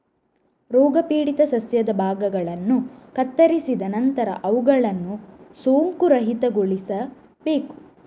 ರೋಗಪೀಡಿತ ಸಸ್ಯದ ಭಾಗಗಳನ್ನು ಕತ್ತರಿಸಿದ ನಂತರ ಅವುಗಳನ್ನು ಸೋಂಕುರಹಿತಗೊಳಿಸಬೇಕು